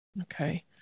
Okay